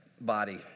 body